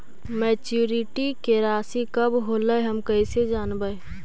Maturity के रासि कब होलै हम कैसे जानबै?